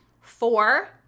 Four